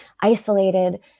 isolated